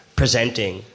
presenting